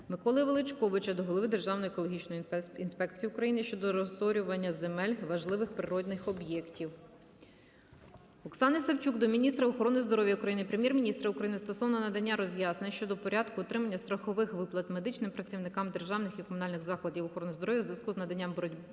Миколи Величковича до голови Державної екологічної інспекції України щодо розорювання земель важливих природніх об'єктів. Оксани Савчук до міністра охорони здоров'я України, Прем'єр-міністра України стосовно надання роз'яснень щодо порядку отримання страхових виплат медичним працівникам державних і комунальних закладів охорони здоров'я у зв'язку з наслідками боротьби